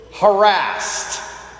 harassed